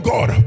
God